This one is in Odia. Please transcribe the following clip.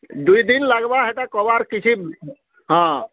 ଦୁଇ ଦିନ୍ ଲାଗ୍ବା ହେଟା କବାଡ଼୍ କିଛି ହଁ